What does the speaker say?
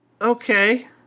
okay